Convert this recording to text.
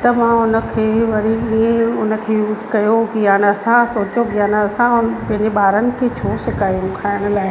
त मां उन खे वञी ईअं उन खे कयो कि असां सोचो कि असां उन पंहिंजे ॿारनि खे छो सिकाइयूं खाइण लाइ